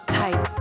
type